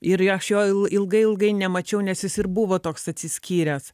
ir aš jo il ilgai ilgai nemačiau nes jis ir buvo toks atsiskyręs